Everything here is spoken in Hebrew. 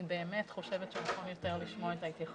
אני באמת חושבת שנכון יותר לשמוע את ההתייחסות של מח"ש.